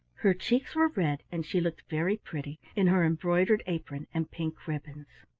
her cheeks were red, and she looked very pretty in her embroidered apron and pink ribbons.